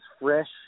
Fresh